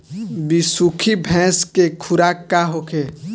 बिसुखी भैंस के खुराक का होखे?